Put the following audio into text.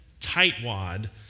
tightwad